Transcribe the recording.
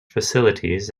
facilities